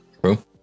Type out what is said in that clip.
True